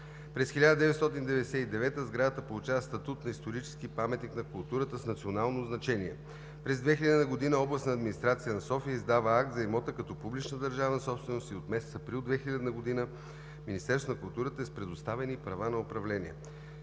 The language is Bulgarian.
През 1999 г. сградата получава статут на исторически паметник на културата с национално значение. През 2000 г. областната администрация на София издава акт за имота като публична държавна собственост и от месец април 2000 г. Министерството на културата е с предоставени права на управление.